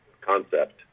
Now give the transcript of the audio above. concept